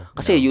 Kasi